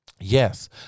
Yes